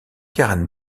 karen